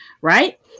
right